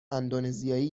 اندونزیایی